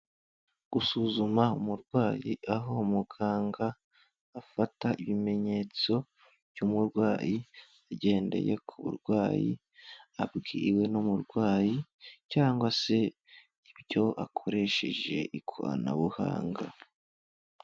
Gusuzuma umurwayi, aho muganga afata ibimenyetso by'umurwayi agendeye ku burwayi abwiwe n'umurwayi cyangwa se ibyo akoresheje ikoranabuhanga.